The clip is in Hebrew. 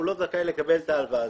לא זכאי לקבל את ההלוואה.